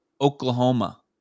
Oklahoma